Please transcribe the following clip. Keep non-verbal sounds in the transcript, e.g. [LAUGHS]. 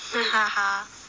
[LAUGHS]